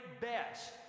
best